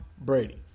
Brady